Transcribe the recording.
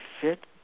fit